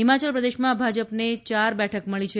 હિમચાલપ્રદેશમાં ભાજપને ચાર બેઠક મળી છે